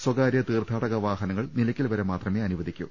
സ്വകാര്യ തീർത്ഥാടക വാഹനങ്ങൾ നിലയ്ക്കൽ വരെ മാത്രമേ അനുവദിക്കൂ